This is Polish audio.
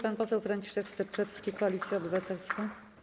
Pan poseł Franciszek Sterczewski, Koalicja Obywatelska.